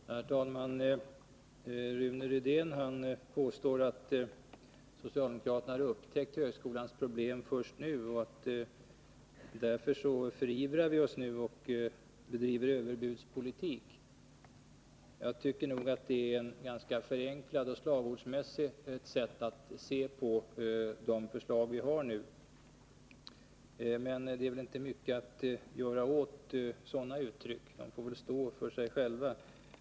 Herr talman! Rune Rydén påstår att socialdemokraterna har upptäckt högskolans problem först nu och därför förivrar oss och bedriver överbudspolitik. Jag tycker att det är ett förenklat och slagordsmässigt sätt att se på de förslag vi nu för fram. Men det är väl inte mycket att göra åt sådana uttryck, utan de får stå för sig själva.